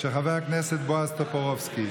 של חבר הכנסת בועז טופורובסקי.